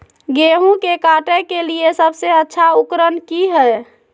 गेहूं के काटे के लिए सबसे अच्छा उकरन की है?